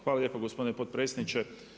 Hvala lijepo gospodine potpredsjedniče.